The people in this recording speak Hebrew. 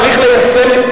צריך ליישם,